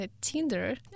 Tinder